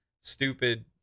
stupid